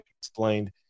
explained